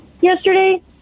yesterday